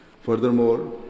Furthermore